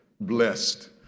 blessed